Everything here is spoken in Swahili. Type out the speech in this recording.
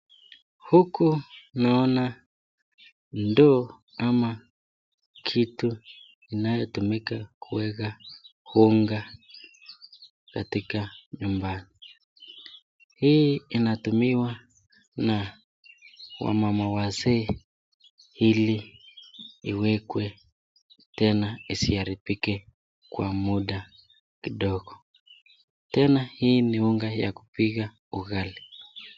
Huku naona ndoo ama kitu inayotumika kuweka unga katika nyumba. Hii inatumiwa na wamama wazee ili iwekwe tena isiharibike kwa muda kidogo . Tena hii ni unga ya kupika ugali.